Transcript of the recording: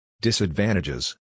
Disadvantages